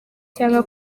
cyangwa